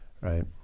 right